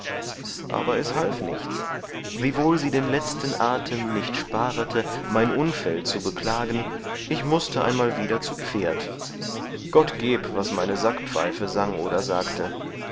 aber es half nichts wiewohl sie den letzten atem nicht sparete mein unfäll zu beklagen ich mußte einmal wieder zu pferd gott geb was meine sackpfeife sang oder sagte